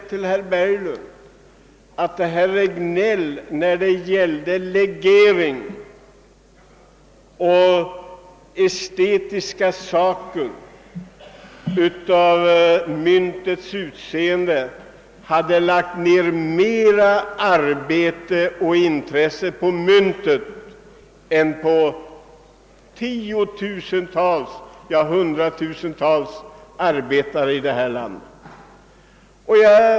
Och jag vill säga till herr Berglund, att när det gällde legeringen i våra mynt och estetiska synpunkter på myntens utseende, hade herr Regnéll lagt ned mer arbete och intresse än utskottet visat för de problem om gäller tiotusentals, ja, hundratusentals arbetare här i landet.